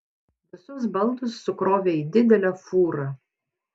visus baldus sukrovė į didelę fūrą